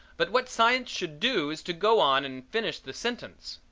but what science should do is to go on and finish the sentence.